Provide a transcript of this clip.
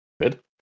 good